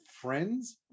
friends